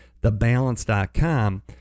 TheBalance.com